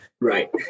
right